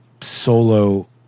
solo –